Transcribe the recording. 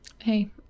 hey